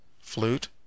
flute